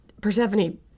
Persephone